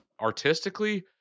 Artistically